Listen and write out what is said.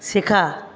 শেখা